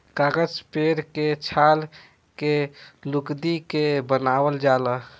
कागज पेड़ के छाल के लुगदी के बनावल जाला